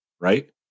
Right